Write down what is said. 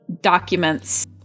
documents